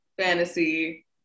fantasy